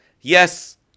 yes